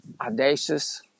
audacious